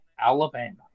Alabama